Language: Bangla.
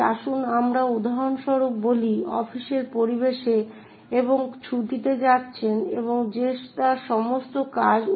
তাই আসুন আমরা উদাহরণ স্বরূপ বলি অফিসের পরিবেশে এবং ছুটিতে যাচ্ছেন এবং সে তার সমস্ত কাজ অন্য কারো কাছে অর্পণ করতে চায় কিছু সময়ের জন্য টেডকে কল করে